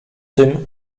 tym